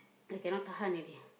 I cannot tahan already ah